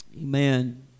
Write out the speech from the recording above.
amen